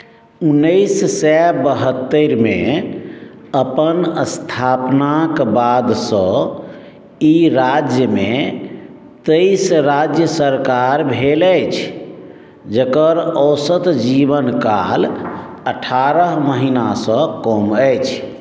उन्नैस सए बहत्तरिमे अपन स्थापनाक बादसँ ई राज्यमे तेइस राज्य सरकार भेल अछि जकर औसत जीवन काल अठारह महीनासँ कम अछि